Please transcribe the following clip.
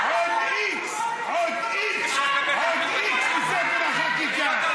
עוד איקס, עוד איקס, עוד איקס בספר החקיקה.